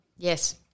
Yes